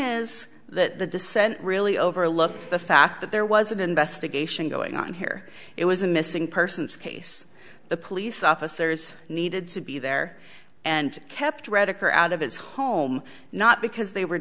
is that the dissent really overlooks the fact that there was an investigation going on here it was a missing person's case the police officers needed to be there and kept redeker out of his home not because they were